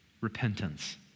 repentance